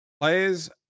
players